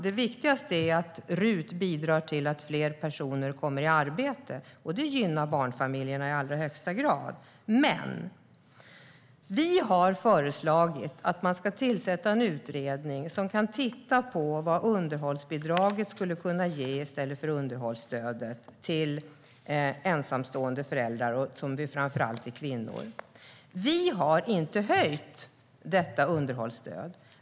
Det viktigaste är att RUT bidrar till att fler personer kommer i arbete. Det gynnar barnfamiljerna i allra högsta grad. Vi har föreslagit att man ska tillsätta en utredning som kan titta på vad underhållsbidraget kan ge, i stället för underhållsstödet till ensamstående föräldrar, som framför allt är kvinnor. Vi har inte höjt underhållsstödet.